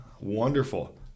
Wonderful